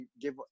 give